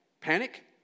panic